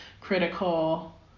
critical